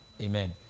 Amen